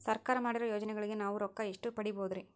ಸರ್ಕಾರ ಮಾಡಿರೋ ಯೋಜನೆಗಳಿಗೆ ನಾವು ರೊಕ್ಕ ಎಷ್ಟು ಪಡೀಬಹುದುರಿ?